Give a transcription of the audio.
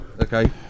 Okay